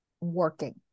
working